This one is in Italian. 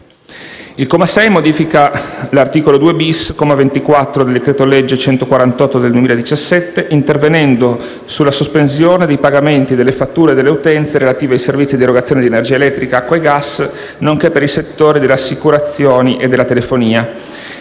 Il comma 6 modifica l'articolo 2-*bis*, comma 24, del decreto-legge n. 148 del 2017, intervenendo sulla sospensione dei pagamenti delle fatture e delle utenze relative ai servizi di erogazione di energia elettrica, acqua e gas, nonché per i settori delle assicurazioni e della telefonia.